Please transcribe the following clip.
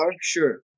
Sure